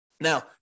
Now